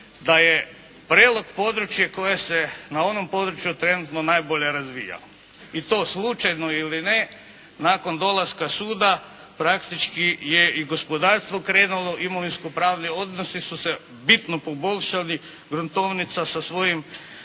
da je Prelog područje koje se na onom području trenutno najbo0lje razvijao. I to slučajno ili ne, nakon dolaska suda, praktički je i gospodarstvo krenulo, imovinsko pravni odnosi su se bitno poboljšali, gruntovnica sa svojim